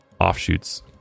offshoots